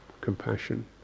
compassion